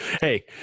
Hey